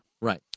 Right